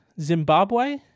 Zimbabwe